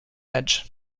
edge